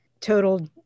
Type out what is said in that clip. total